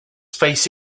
face